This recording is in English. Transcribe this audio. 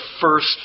first